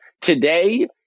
Today